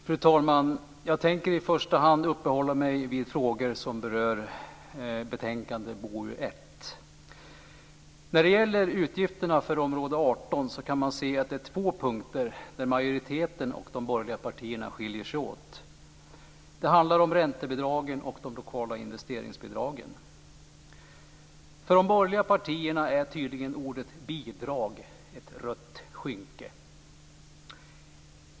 Fru talman! Jag tänker i första hand uppehålla mig vid frågor som berör betänkande BoU1. När det gäller utgifterna för område 18 kan man se två punkter där majoriteten och de borgerliga partierna skiljer sig åt. Det handlar om räntebidragen och de lokala investeringsbidragen. För de borgerliga partierna är tydligen ordet bidrag ett rött skynke.